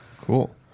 Cool